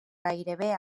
gairebé